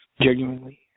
genuinely